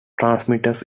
transmitters